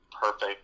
perfect